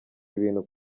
ibintu